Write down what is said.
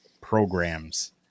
programs